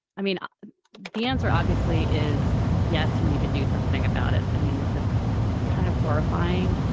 i mean the answer obviously is yes you need to do something about it. and i mean this is kind of horrifying.